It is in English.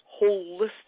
holistic